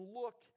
look